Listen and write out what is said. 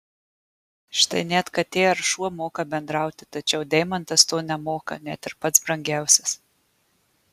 štai net katė ar šuo moka bendrauti tačiau deimantas to nemoka net ir pats brangiausias